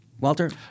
Walter